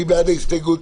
מי בעד ההסתייגות?